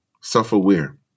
self-aware